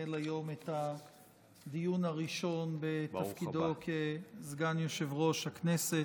שינהל היום את הדיון הראשון בתפקידו כסגן יושב-ראש הכנסת.